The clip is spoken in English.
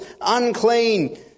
unclean